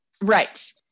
Right